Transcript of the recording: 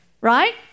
right